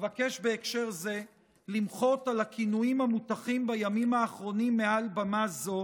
אבקש בהקשר זה למחות על הכינויים המוטחים בימים האחרונים מעל במה זו